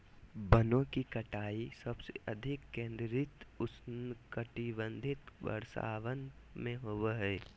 वनों की कटाई सबसे अधिक केंद्रित उष्णकटिबंधीय वर्षावन में होबो हइ